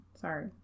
Sorry